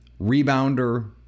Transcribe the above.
rebounder